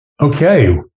Okay